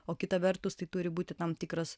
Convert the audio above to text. o kita vertus tai turi būti tam tikras